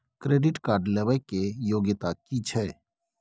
Credit card लेबै के योग्यता कि छै?